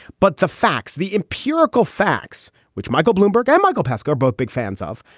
but the facts, the empirical facts, which michael bloomberg and michael pascoe, both big fans of,